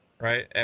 right